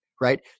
right